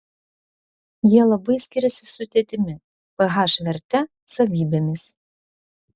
jie labai skiriasi sudėtimi ph verte savybėmis